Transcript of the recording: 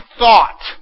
thought